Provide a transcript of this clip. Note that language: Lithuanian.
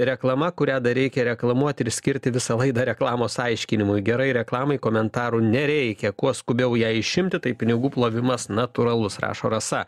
reklama kurią dar reikia reklamuot ir skirti visą laidą reklamos aiškinimui gerai reklamai komentarų nereikia kuo skubiau ją išimti tai pinigų plovimas natūralus rašo rasa